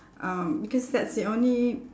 um because that's the only